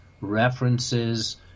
references